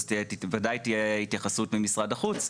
אז ודאי תהיה התייחסות של משרד החוץ,